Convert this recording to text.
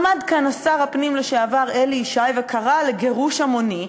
עמד כאן שר הפנים לשעבר אלי ישי וקרא לגירוש המוני,